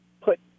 put